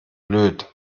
blöd